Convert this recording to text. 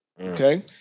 okay